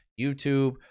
YouTube